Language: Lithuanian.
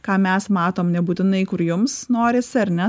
ką mes matom nebūtinai kur jums norisi ar ne